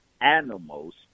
animals